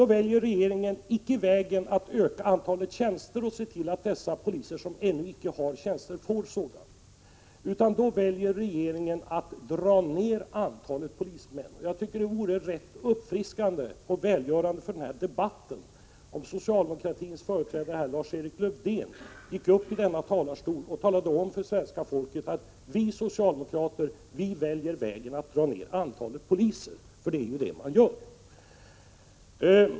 Då väljer regeringen icke att öka antalet tjänster och se till att de poliser som ännu inte har tjänster får sådana, utan då väljer regeringen att dra ned antalet polismän. Jag tycker det vore uppfriskande och välgörande för den här debatten om socialdemokratins företrädare här, Lars-Erik Lövdén, från talarstolen talade om för svenska folket att socialdemokraterna väljer att dra ned antalet poliser — det är vad man gör.